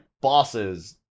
bosses